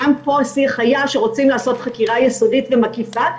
השיח היה שרוצים לעשות חקירה יסודית ומקיפה.